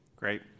Great